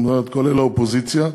כולל האופוזיציה,